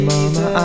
Mama